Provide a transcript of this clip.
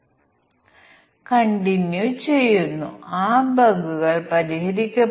ഒടുവിൽ duplicate test കേസുകൾ ഉണ്ടായേക്കാം ഞങ്ങൾ എണ്ണം കുറച്ച് കുറയ്ക്കാൻ ശ്രമിക്കുന്നു